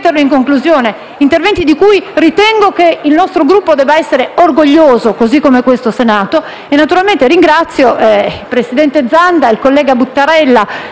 Grazie